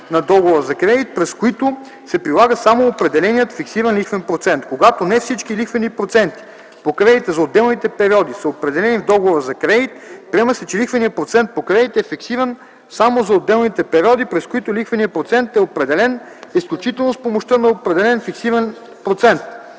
на договора за кредит, през които се прилага само определеният фиксиран лихвен процент. Когато не всички лихвени проценти по кредита за отделните периоди са определени в договора за кредит, приема се, че лихвеният процент по кредита е фиксиран само за отделните периоди, през които лихвеният процент е определен изключително с помощта на определен фиксиран процент,